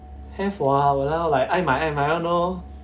have what !walao! like ai mai ai mai one lor